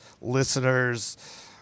listeners